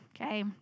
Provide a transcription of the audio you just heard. okay